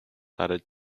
added